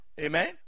Amen